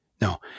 No